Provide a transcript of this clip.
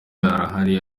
arahari